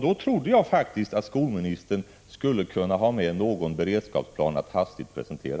Då trodde jag faktiskt att skolministern skulle ha någon beredskapsplan att hastigt presentera.